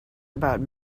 about